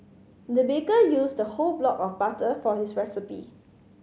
the baker used the whole block of butter for his recipe